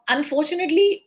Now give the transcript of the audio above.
Unfortunately